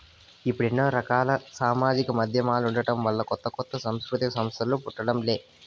ఇప్పుడు ఎన్నో రకాల సామాజిక మాధ్యమాలుండటం వలన కొత్త కొత్త సాంస్కృతిక సంస్థలు పుట్టడం లే